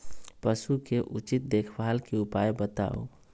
पशु के उचित देखभाल के उपाय बताऊ?